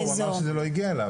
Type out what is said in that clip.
לא, הוא אמר שזה לא הגיע אליו.